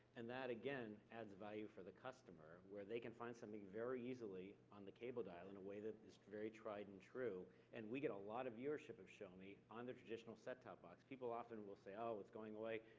and that again, adds value for the customer, where they can find something very easily on the cable dial in a way that is very tried and true, and we get a lot of viewership of shomi on the traditional set top boxes. people often will say, oh, it's going away.